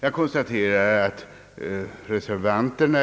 Herr talman!